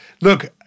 look